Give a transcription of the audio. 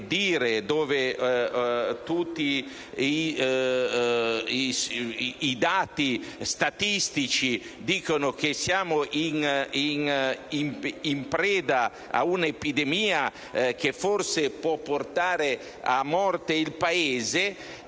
Tutti i dati statistici dicono che siamo in preda ad un'epidemia che forse può portare alla morte il Paese.